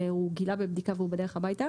שאדם גילה בבדיקה שהוא חולה והוא בדרך הביתה,